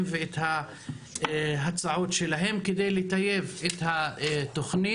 ואת ההצעות שלהם כדי לטייב את התוכנית.